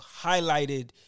highlighted